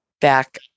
back